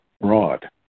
broad